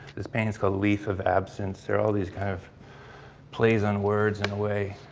this painting is called a leaf of absence. there all these kind of plays on words in a way